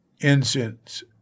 incense